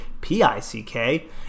p-i-c-k